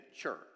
church